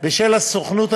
לא השתמשו,